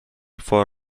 for